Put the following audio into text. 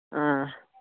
اۭں